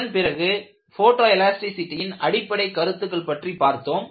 அதன்பிறகு ஃபோட்டோ எலாஸ்டிசிடியின் அடிப்படை கருத்துகள் பற்றி பார்த்தோம்